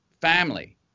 Family